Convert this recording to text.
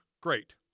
Great